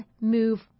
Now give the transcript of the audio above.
move